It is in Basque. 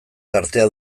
tartea